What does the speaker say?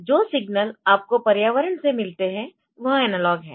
जो सिग्नल आपको पर्यावरण से मिलते है वह एनालॉग है